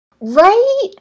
Right